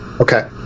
Okay